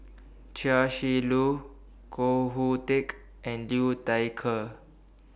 Chia Shi Lu Koh Hoon Teck and Liu Thai Ker